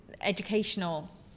educational